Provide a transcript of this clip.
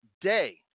day